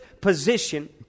position